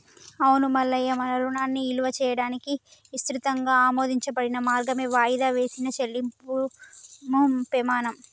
అవును మల్లయ్య మన రుణాన్ని ఇలువ చేయడానికి ఇసృతంగా ఆమోదించబడిన మార్గమే వాయిదా వేసిన చెల్లింపుము పెమాణం